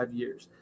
years